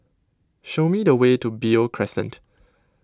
show me the way to Beo Crescent